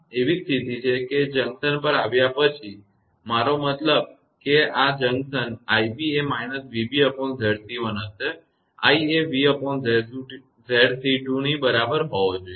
તેથી આ એવી સ્થિતી છે કે જંકશન પર આવ્યા પછી મારો મતલબ કે આ જંકશન 𝑖𝑏 એ −𝑣𝑏𝑍𝑐1 હશે અને i એ 𝑣𝑍𝑐2 ની બરાબર હોવો જોઇએ